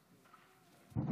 כבוד היושב-ראש,